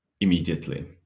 immediately